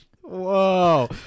Whoa